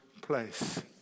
place